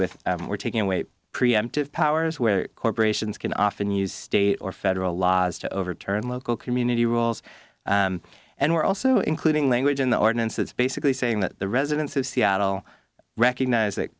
with we're taking away preemptive powers where corporations can often use state or federal laws to overturn local community rules and we're also including language in the ordinance that's basically saying that the residents of seattle recognize